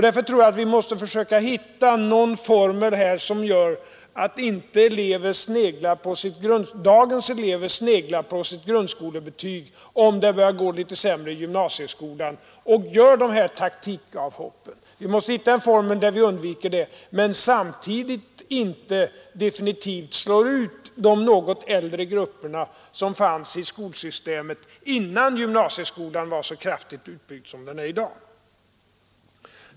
Därför tror jag att vi måste försöka hitta någon formel som gör att dagens elever inte sneglar på sitt grundskolebetyg, om det börjar gå litet sämre i gymnasieskolan, och gör de här taktiska avhoppen, men vi måste samtidigt undvika att definitivt slå ut de något äldre grupperna, som fanns i skolsystemet innan gymnasieskolan var så kraftigt utbyggd som den är i dag.